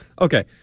Okay